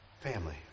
family